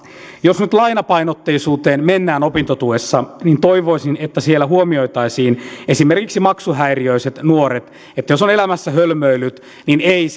jos nyt lainapainotteisuuteen mennään opintotuessa niin toivoisin että siellä huomioitaisiin esimerkiksi maksuhäiriöiset nuoret että jos on elämässä hölmöillyt niin ei